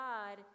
God